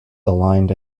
aligned